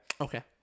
Okay